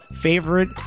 favorite